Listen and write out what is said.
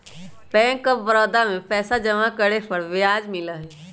bank of Baroda में पैसा जमा करे पर ब्याज मिला हई